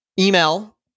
email